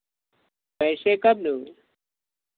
पैसे कब दोगी